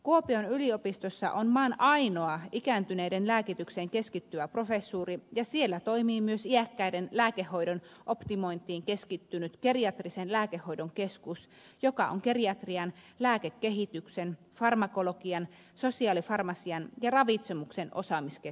kuopion yliopistossa on maan ainoa ikääntyneiden lääkitykseen keskittyvä professuuri ja siellä toimii myös iäkkäiden lääkehoidon optimointiin keskittynyt geriatrisen lääkehoidon keskus joka on geriatrian lääkekehityksen farmakologian sosiaalifarmasian ja ravitsemuksen osaamiskeskittymä